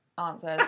answers